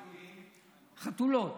מה עם חתולים, חתולות.